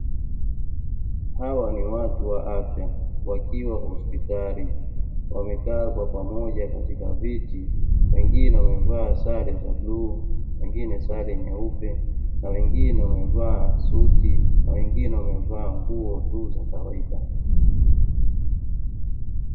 Hawa ni watu wa afya wakiwa hospitali wamekaa kwa pamoja katika viti ,wengine wamevaa sare za bluu wengine sare nyeupe na wengine wamevaa suti na wengine wamevaa nguo tuu za kawaida.